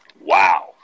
Wow